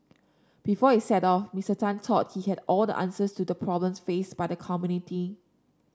before he set off Mister Tan thought he had all the answers to the problems faced by the community